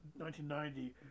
1990